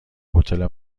هتل